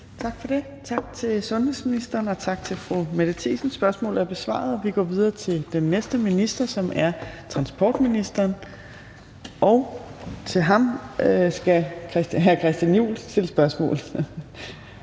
Tak for det. Tak til sundhedsministeren, og tak til fru Mette Thiesen. Spørgsmålet er besvaret. Vi går videre til den næste minister, som er transportministeren, og til ham skal hr. Christian Juhl stille spørgsmål.